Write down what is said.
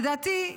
לדעתי,